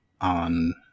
on